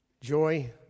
joy